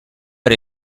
era